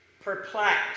perplexed